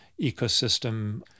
ecosystem